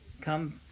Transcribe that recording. come